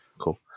Cool